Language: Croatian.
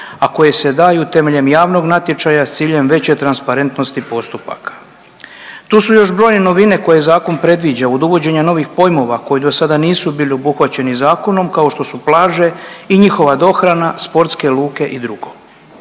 a koje se daju temeljem javnog natječaja s ciljem veće transparentnosti postupaka. Tu su još brojne novine koje zakon predviđa od uvođenja novih pojmova koji do sada nisu bili obuhvaćeni zakonom kao što su plaže i njihova dohrana, sportske luke i drugo.